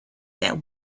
that